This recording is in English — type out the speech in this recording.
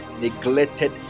neglected